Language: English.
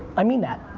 i mean that,